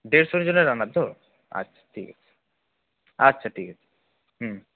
দেড়শো জনের রান্না তো আচ্ছা ঠিক আছে আচ্ছা ঠিক আছে হুম